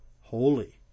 holy